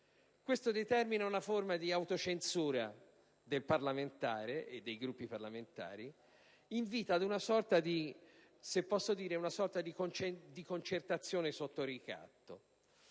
Ciò determina una forma di autocensura del parlamentare e dei Gruppi parlamentari ed invita ad una sorta di concertazione sotto ricatto.